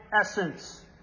essence